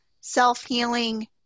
self-healing